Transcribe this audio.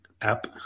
app